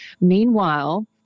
Meanwhile